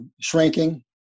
shrinking